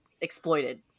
exploited